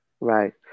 Right